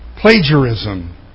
plagiarism